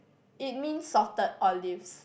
it means salted olives